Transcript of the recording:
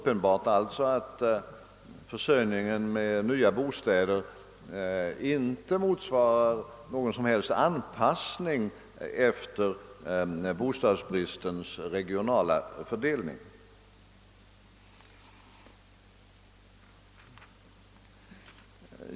Det är alltså uppenbart att försörjningen med nya bostäder inte anpassats efter bostadsbristens regionala fördelning.